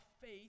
faith